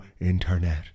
internet